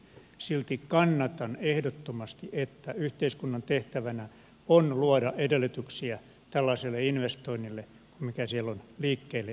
silti kannatan ehdottomasti että yhteiskunnan tehtävänä on luoda edellytyksiä tällaiselle investoinnille joka siellä on liikkeelle lähtemässä